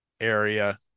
area